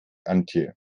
antje